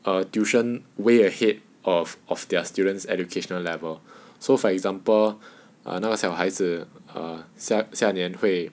err tuition way ahead of of their students' educational level so for example err 那个小孩子 err 下下年会